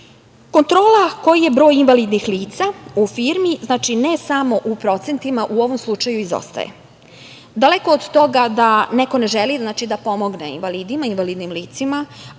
koji je broj invalidnih lica, u firmi ne samo u procentima, u ovom slučaju, izostaje. Daleko od toga da neko ne želi da pomogne invalidima i invalidnim licima